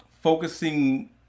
focusing